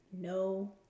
no